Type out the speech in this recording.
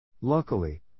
Luckily